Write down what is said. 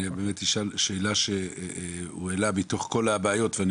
אני באמת אשאל שאלה שהוא העלה מתוך כל הבעיות ואני